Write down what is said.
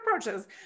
approaches